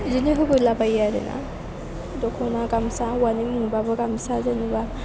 बिदिनो होफैलाबायो आरोना दख'ना गामसा हौवानो होनोबाबो गामसा जेनेबा